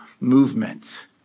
movement